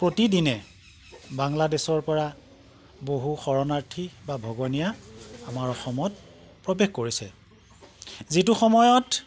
প্ৰতিদিনে বাংলাদেশৰ পৰা বহু শৰণাৰ্থী বা ভগনীয়া আমাৰ অসমত প্ৰৱেশ কৰিছে যিটো সময়ত